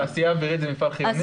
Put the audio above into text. תעשייה אווירית זה מפעל חיוני?